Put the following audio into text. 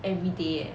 everyday eh